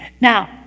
Now